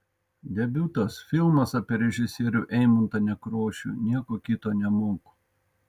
debiutas filmas apie režisierių eimuntą nekrošių nieko kito nemoku